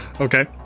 Okay